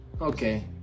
okay